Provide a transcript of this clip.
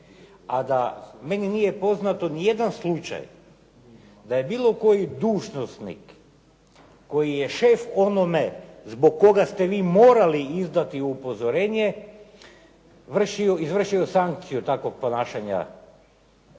a da meni nije poznat nijedan slučaj da je bilo koji dužnosnik, koji je šef onome zbog kojeg ste vi morali izdati upozorenje izvršio sankciju takvog ponašanja